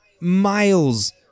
miles